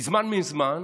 מזמן מזמן